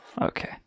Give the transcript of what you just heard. okay